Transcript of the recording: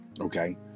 Okay